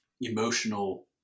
emotional